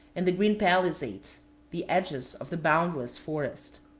and the green palisades the edges of the boundless forest.